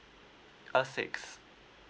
uh six